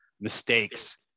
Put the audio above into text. mistakes